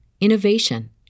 innovation